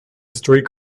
streak